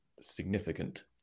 significant